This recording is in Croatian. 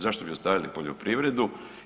Zašto bi ostavili poljoprivredu?